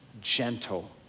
gentle